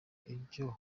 ibyo